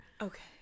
Okay